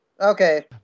Okay